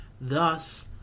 Thus